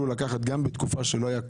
לקחת גם בתקופה שלא הייתה קורונה,